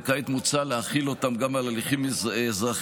וכעת מוצע להחיל אותם גם על הליכים אזרחיים,